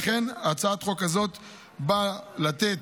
לכן הצעת החוק הזאת באה לתת